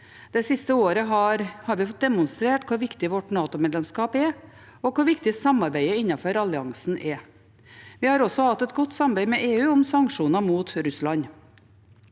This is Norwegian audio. Det siste året har vi fått demonstrert hvor viktig vårt NATO-medlemskap er, og hvor viktig samarbeidet innenfor alliansen er. Vi har også hatt et godt samarbeid med EU om sanksjoner mot Russland.